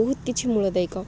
ବହୁତ କିଛି ମୂଳଦାୟକ